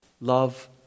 Love